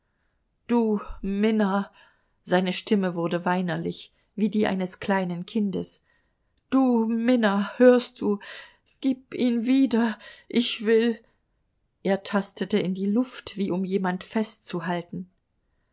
du minna seine stimme wurde weinerlich wie die eines kleinen kindes du minna hörst du gib ihn wieder ich will er tastete in die luft wie um jemand festzuhalten